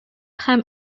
һәм